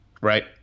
Right